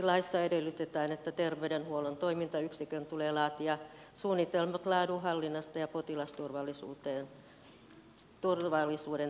laissa edellytetään esimerkiksi että ter veydenhuollon toimintayksikön tulee laatia suunnitelmat laadunhallinnasta ja potilasturvallisuuden täytäntöönpanosta